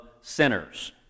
sinners